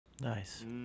Nice